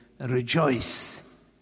rejoice